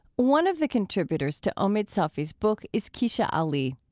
one of the contributors to omid safi's book is kecia ali.